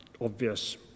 obvious